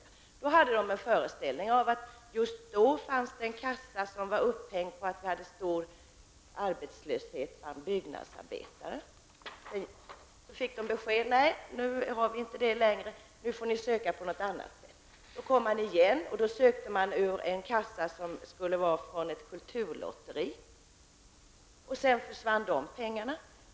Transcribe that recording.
Man hade en föreställning om att det just då fanns en särskild kassa beroende på att vi hade stor arbetslöshet bland byggnadsarbetare. Man fick besked om att detta inte fanns och att man fick lov att ansöka om stöd på något annat sätt. Man kom igen och sökte bidrag ur en kassa från ett kulturlotteri, och sedan försvann de pengarna.